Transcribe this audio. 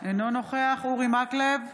אינו נוכח אורי מקלב,